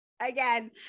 Again